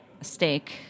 steak